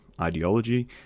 ideology